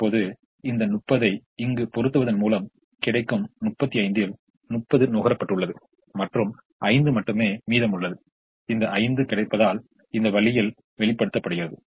இப்போது இந்த 30 ஐ இங்கு பொறுத்துவதன் மூலம் கிடைக்கும் 35 இல் 30 நுகரப்பட்டுள்ளது மற்றும் 5 மட்டுமே மீதமுள்ளது அந்த 5 கிடைப்பதால் இந்த வழியில் வெளிப்படுத்தப்படுகிறது